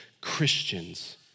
Christians